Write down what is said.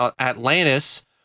Atlantis